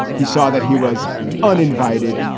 he saw that he was uninvited.